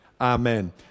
Amen